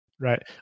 Right